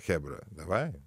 chebra davai